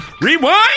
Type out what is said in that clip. Rewind